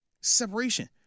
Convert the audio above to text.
Separation